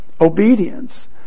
obedience